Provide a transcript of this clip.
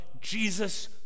Jesus